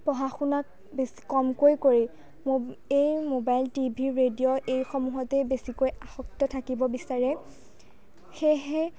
পঢ়া শুনা বেছি কমকৈ কৰি মো এই মোবাইল টিভি ৰেডিঅ' এইসমূহতেই বেছিকৈ আসক্ত থাকিব বিচাৰে সেয়েহে